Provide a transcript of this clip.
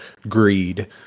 greed